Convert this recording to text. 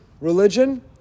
religion